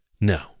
No